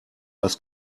was